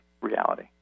reality